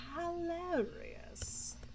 hilarious